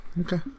Okay